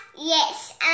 Yes